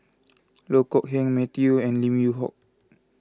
Loh Kok Heng Matthew and Lim Yew Hock